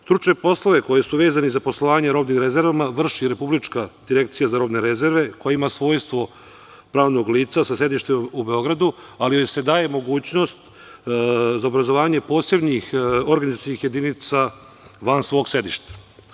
Stručne poslove koji su vezani za poslovanje u robnim rezervama, vrši Republička direkcija za robne rezerve koja ima svojstvo pravnog lica, sa sedištem u Beogradu, ali joj se daje mogućnost za obrazovanje posebnih organizacionih jedinica van svog sedišta.